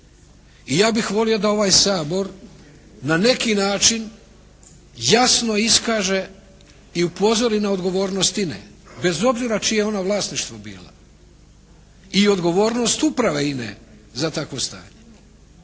i ja bih volio da ovaj Sabor na neki način jasno iskaže i upozori na odgovornost INA-e bez obzira čije je ona vlasništvo bila i odgovornost uprave INA-e za takvo stanje.